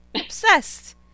Obsessed